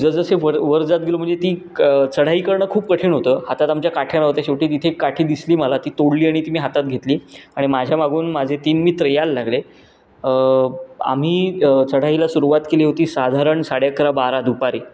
जसजसे वर वर जात गेलो म्हणजे ती क चढाई करणं खूप कठीण होतं हातात आमच्या काठ्या नव्हत्या शेवटी तिथे एक काठी दिसली मला ती तोडली आणि ती मी हातात घेतली आणि माझ्या मागून माझे तीन मित्र यायला लागले आम्ही चढाईला सुरुवात केली होती साधारण साडे अकरा बारा दुपारी